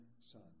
son